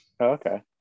okay